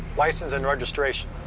license and registration.